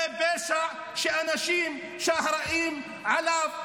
זה פשע שהאנשים שאחראים לו,